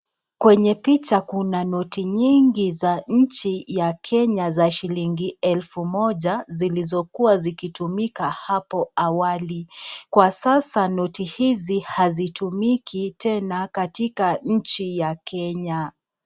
Kwenye picha kuna noti nyingi za nchi ya Kenya za shilingi elfu moja zilizokuwa zikitumika hapo awali. Kwa sasa noti hizi hazitumiki tena katika nchi ya Kenya.